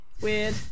weird